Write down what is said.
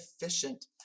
efficient